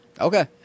Okay